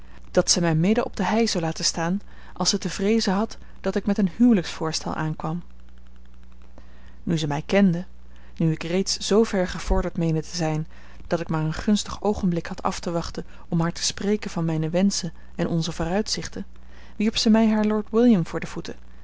dat zij mij midden op de hei zou laten staan als zij te vreezen had dat ik met een huwelijksvoorstel aankwam nu ze mij kende nu ik reeds zoover gevorderd meende te zijn dat ik maar een gunstig oogenblik had af te wachten om haar te spreken van mijne wenschen en onze vooruitzichten wierp ze mij haar lord william voor de voeten